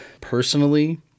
personally